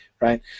right